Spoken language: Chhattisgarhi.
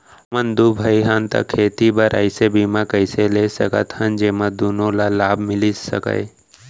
हमन दू भाई हन ता खेती बर ऐसे बीमा कइसे ले सकत हन जेमा दूनो ला लाभ मिलिस सकए?